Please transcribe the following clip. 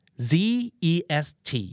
Zest